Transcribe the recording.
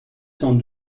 cent